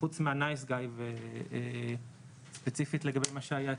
חוץ מהנייס גאי ספציפית לגבי מה שהיה.